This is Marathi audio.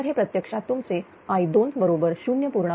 तर हे प्रत्यक्षात तुमचे i2 बरोबर 0